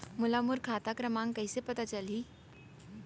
मोला मोर खाता क्रमाँक कइसे पता चलही?